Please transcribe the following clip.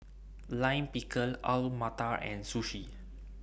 Lime Pickle Alu Matar and Sushi